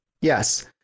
Yes